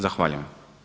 Zahvaljujem.